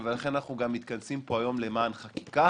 ולכן אנחנו גם מתכנסים פה היום למען חקיקה